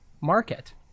market